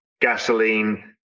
gasoline